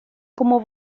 como